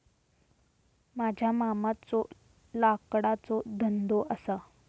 माझ्या मामाचो लाकडाचो धंदो असा